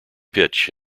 pitch